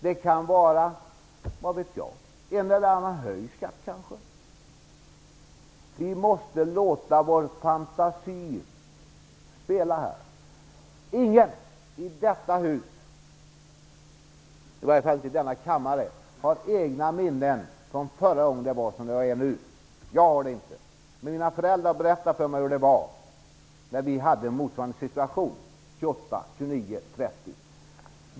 Det kan vara en eller annan höjd skatt - vad det jag? Vi måste låta vår fantasi spela här. Ingen i detta hus - i varje fall inte i denna kammare - har egna minnen från förra gången det var som det är nu. Jag har det inte. Men mina föräldrar har berättat för mig hur det var i motsvarande situation 1928, 1929 och 1930.